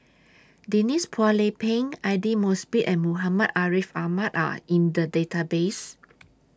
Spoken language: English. Denise Phua Lay Peng Aidli Mosbit and Muhammad Ariff Ahmad Are in The Database